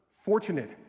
Fortunate